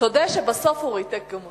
תודה שבסוף הוא ריתק גם אותך.